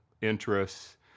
interests